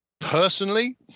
Personally